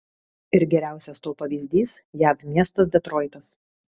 ir geriausias to pavyzdys jav miestas detroitas